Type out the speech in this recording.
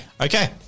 Okay